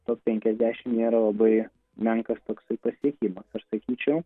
top penkiasdešimt nėra labai menkas toksai pasiekimas aš sakyčiau